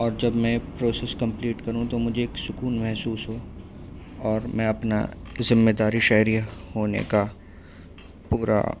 اور جب میں پروسیس کمپلیٹ کروں تو مجھے ایک سکون محسوس ہو اور میں اپنا ذمہ داری شہری ہونے کا پورا